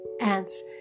Ants